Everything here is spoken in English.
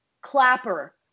Clapper